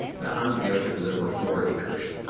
the honda dealership is over four acres.